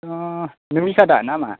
नोंनि खादा नामआ